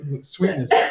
sweetness